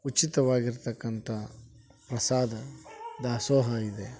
ಉಚಿತವಾಗಿರ್ತಕ್ಕಂಥ ಪ್ರಸಾದ ದಾಸೋಹ ಇದೆ